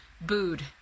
booed